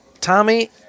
Tommy